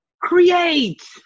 create